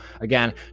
again